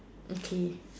okay